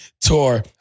tour